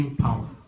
power